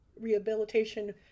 rehabilitation